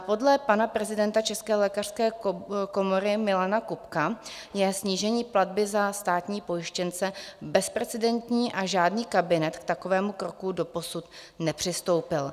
Podle pana prezidenta České lékařské komory Milana Kubka je snížení platby za státní pojištěnce bezprecedentní a žádný kabinet k takovému kroku doposud nepřistoupil.